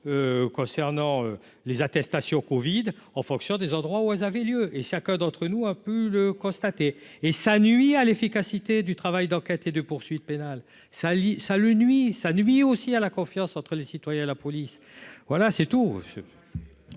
concernant les attestations Covid. En fonction des endroits où elles avaient lieu et chacun d'entre nous a pu le constater et ça nuit à l'efficacité du travail d'enquête et de poursuites pénales, ça, ça le nuit ça nuit aussi à la confiance entre les citoyens et la police, voilà c'est tout.